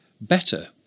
better